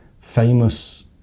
famous